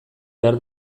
behar